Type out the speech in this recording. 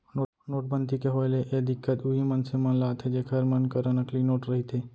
नोटबंदी के होय ले ए दिक्कत उहीं मनसे मन ल आथे जेखर मन करा नकली नोट रहिथे